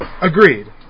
agreed